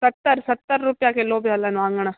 सतरि सतरि रुपया किलो पिया हलनि वाङण